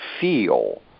feel